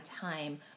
time